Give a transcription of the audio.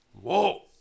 whoa